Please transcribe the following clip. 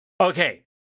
Okay